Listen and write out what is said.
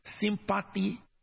sympathy